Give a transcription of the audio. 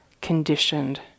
conditioned